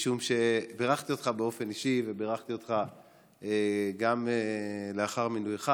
משום שבירכתי אותך באופן אישי ובירכתי אותך גם לאחר מינויך,